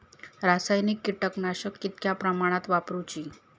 रासायनिक कीटकनाशका कितक्या प्रमाणात वापरूची?